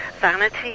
vanity